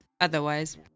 otherwise